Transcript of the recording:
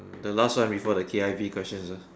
the last one before the K_I_V questions lah